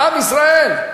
עם ישראל.